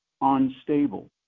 unstable